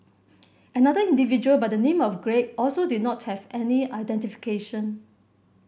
another individual by the name of Greg also did not have any identification